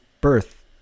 birth